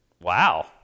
Wow